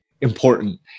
important